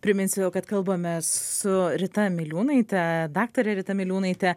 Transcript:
priminsiu kad kalbame su rita miliūnaite daktare rita miliūnaite